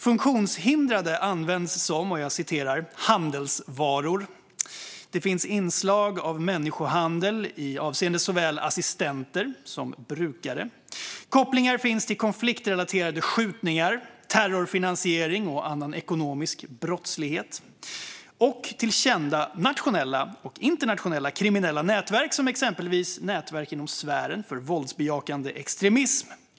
Funktionshindrade används som - jag citerar - handelsvaror. Det finns inslag av människohandel avseende såväl assistenter som brukare. Kopplingar finns till konfliktrelaterade skjutningar, terrorfinansiering och annan ekonomisk brottslighet och till kända nationella och internationella kriminella nätverk, som exempelvis nätverk inom sfären för våldsbejakande extremism.